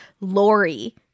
Lori